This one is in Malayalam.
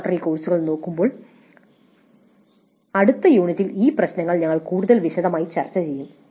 ലബോറട്ടറി കോഴ്സുകൾ നോക്കുമ്പോൾ അടുത്ത യൂണിറ്റിൽ ഈ പ്രശ്നങ്ങൾ ഞങ്ങൾ കൂടുതൽ വിശദമായി ചർച്ച ചെയ്യും